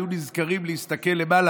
היו נזכרים להסתכל למעלה,